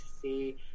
see